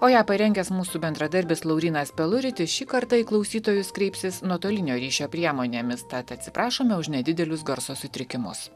o ją parengęs mūsų bendradarbis laurynas peluritis šį kartą į klausytojus kreipsis nuotolinio ryšio priemonėmis tad atsiprašome už nedidelius garso sutrikimus